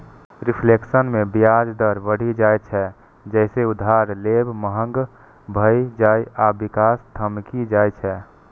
reflation मे ब्याज दर बढ़ि जाइ छै, जइसे उधार लेब महग भए जाइ आ विकास ठमकि जाइ छै